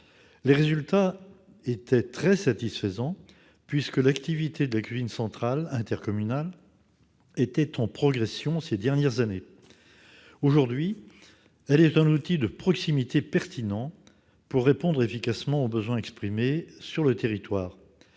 Les résultats étaient très satisfaisants puisque l'activité de la cuisine centrale intercommunale était en progression ces dernières années. Aujourd'hui, elle est un outil de proximité pertinent pour répondre efficacement aux besoins exprimés sur le territoire.